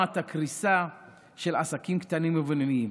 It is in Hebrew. את הקריסה של עסקים קטנים ובינוניים.